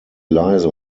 leise